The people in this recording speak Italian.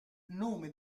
nome